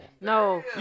no